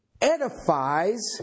edifies